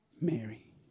Mary